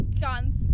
guns